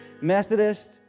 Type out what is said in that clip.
Methodist